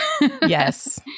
Yes